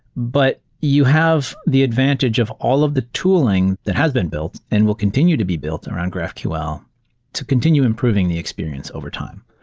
but you have the advantage of all of the tooling that has been built and will continue to be built around graphql to continue improving the experience over time.